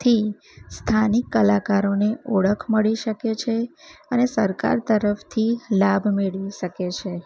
થી સ્થાનિક કલાકારોને ઓળખ મળી શકે છે અને સરકાર તરફથી લાભ મેળવી શકે છે